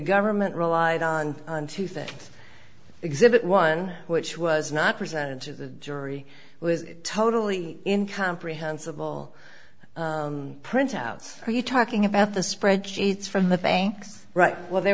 government relied on to think exhibit one which was not presented to the jury was totally in comprehensible printouts are you talking about the spread sheets from the banks right while they